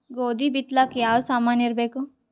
ಗೋಧಿ ಬಿತ್ತಲಾಕ ಯಾವ ಸಾಮಾನಿರಬೇಕು?